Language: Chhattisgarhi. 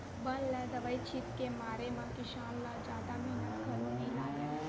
बन ल दवई छित के मारे म किसान ल जादा मेहनत घलो नइ लागय